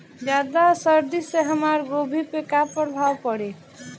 ज्यादा सर्दी से हमार गोभी पे का प्रभाव पड़ी?